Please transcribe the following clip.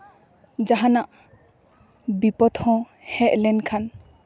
ᱡᱟᱦᱟᱱᱟᱜ ᱵᱤᱯᱚᱫ ᱦᱚᱸ ᱦᱮᱡ ᱞᱮᱱᱠᱷᱟᱱ